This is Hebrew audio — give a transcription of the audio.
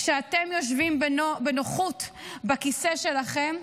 כשאתם יושבים בנועם בכיסא שלכם,